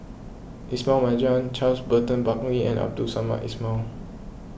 Ismail Marjan Charles Burton Buckley and Abdul Samad Ismail